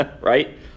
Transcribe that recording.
right